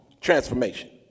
Transformation